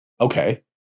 okay